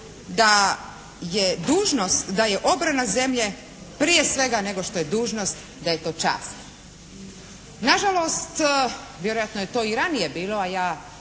da je dužnost, da je obrana zemlje prije svega nego što je dužnost da je to čast. Nažalost vjerojatno je to i ranije bilo, a ja